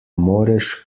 moreš